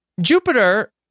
Jupiter